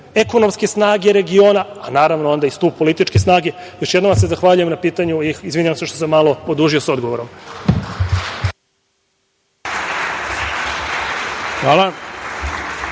ekonomske snage regiona, a naravno onda i stub političke snage. Još jednom vam se zahvaljujem na pitanju i izvinjavam se što sam malo odužio sa odgovorom. **Ivica